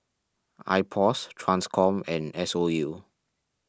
Ipos Transcom and S O U